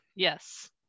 Yes